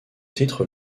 titre